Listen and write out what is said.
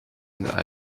and